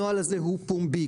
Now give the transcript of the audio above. הנוהל הזה הוא פומבי,